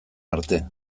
arte